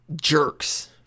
jerks